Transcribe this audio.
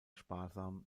sparsam